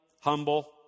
humble